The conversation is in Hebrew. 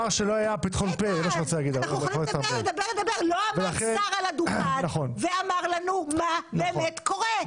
אנחנו יכולים לדבר אבל לא עמד שר על הדוכן ואמר לנו מה באמת קורה.